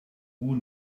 who